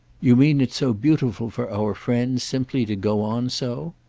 you mean it's so beautiful for our friends simply to go on so?